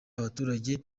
abaturage